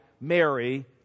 Mary